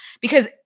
Because-